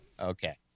Okay